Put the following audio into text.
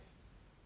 you buy lah